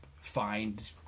find